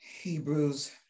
Hebrews